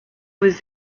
was